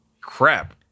crap